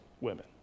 women